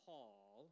Paul